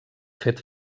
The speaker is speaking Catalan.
fet